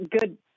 good